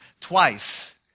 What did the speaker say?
Twice